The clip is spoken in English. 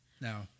Now